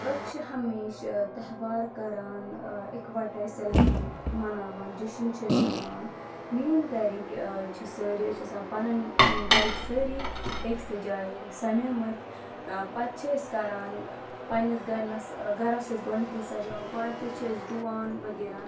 أسۍ چھِ ہَمیشہِ تٔہوار کَران اِکوَٹَے سیلِبریٚٹ مَناوان جٕشِن چھِ أسۍ بَناوان مِیٲنۍ گَرِکۍ چھِ سٲری أسۍ چھِ آسان پَنٕنۍ گَرِکۍ سٲری أکسٕی جایہِ سَمٲمٕتۍ پَتہٕ چھِ أسۍ کَران پنٛنِس گَرٕنَس گَرَس چھِ أسۍ گۄڈنؠتھٕے سَجاوان گۄڈنؠتھٕے چھِ أسۍ ڈُوان وغیرہ